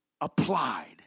applied